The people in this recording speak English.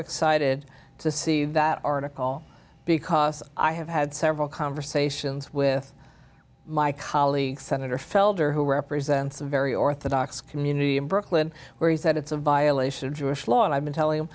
excited to see that article because i have had several conversations with my colleague senator felder who represents a very orthodox community in brooklyn where he said it's a violation of jewish law and i've been telling